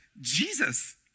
Jesus